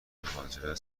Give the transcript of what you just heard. مهاجرت